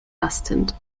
lastend